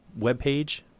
webpage